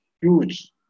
huge